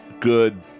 good